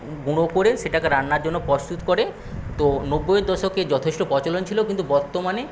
গুঁড়ো করে সেটাকে রান্নার জন্য প্রস্তুত করে তো নব্বইয়ের দশকে যথেষ্ট প্রচলন ছিল কিন্তু বর্তমানে